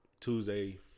Tuesday